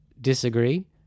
disagree